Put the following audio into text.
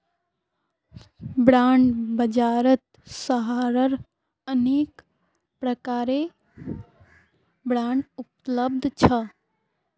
bond बाजारत सहारार अनेक प्रकारेर बांड उपलब्ध छ